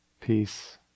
peace